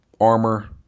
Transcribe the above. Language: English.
armor